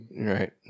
Right